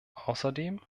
außerdem